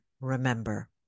Remember